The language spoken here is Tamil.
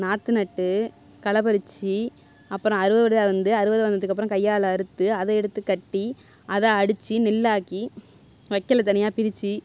நாற்று நட்டு களை பறித்து அப்புறம் அறுவடை வந்து அறுவடை ஆனதுக்கு அப்புறம் கையால் அறுத்து அதை எடுத்துக் கட்டி அதை அடித்து நெல் ஆக்கி வைக்கல தனியாக பிரித்து